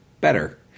better